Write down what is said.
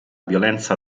violenza